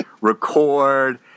record